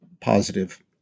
positive